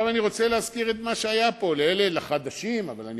אני רוצה להזכיר לחדשים את מה שהיה פה,